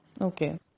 Okay